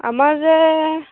আমাৰ যে